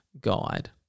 guide